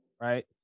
Right